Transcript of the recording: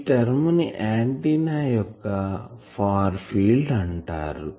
ఈ టర్మ్ ని ఆంటిన్నా యొక్క ఫార్ ఫీల్డ్ అంటారు